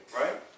right